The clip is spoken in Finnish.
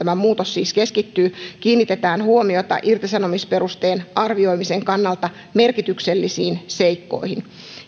muutos siis keskittyy kiinnitetään huomiota irtisanomisperusteen arvioimisen kannalta merkityksellisiin seikkoihin